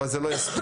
אבל זה לא יספיק.